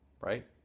Right